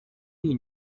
iyi